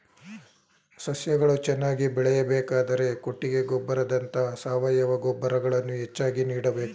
ಸಸ್ಯಗಳು ಚೆನ್ನಾಗಿ ಬೆಳೆಯಬೇಕಾದರೆ ಕೊಟ್ಟಿಗೆ ಗೊಬ್ಬರದಂತ ಸಾವಯವ ಗೊಬ್ಬರಗಳನ್ನು ಹೆಚ್ಚಾಗಿ ನೀಡಬೇಕು